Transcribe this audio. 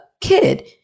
kid